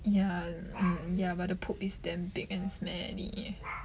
ya mm ya but the poop is damn big and smelly